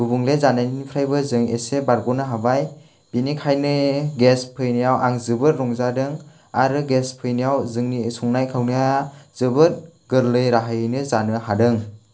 गुबुंले जानायनिफ्रायबो जों एसे बारगनो हाबाय बेनिखायनो गेस फैनायाव आं जोबोद रंजादों आरो गेस फैनायाव जोंनि संनाय खावनाया जोबोद गोरलै राहायैनो जानो हादों